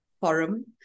forum